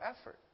effort